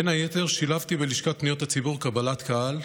בין היתר שילבתי בלשכת פניות הציבור קבלת קהל,